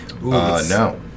no